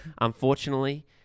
Unfortunately